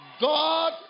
God